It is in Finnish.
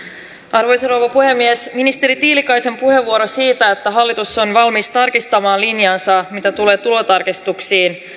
arvoisa rouva puhemies ministeri tiilikaisen puheenvuoro siitä että hallitus on valmis tarkistamaan linjaansa mitä tulee tulotarkistuksiin